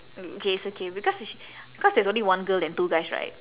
okay it's okay because sh~ because there's only one girl and two guys right